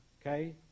okay